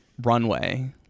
runway